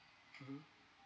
mmhmm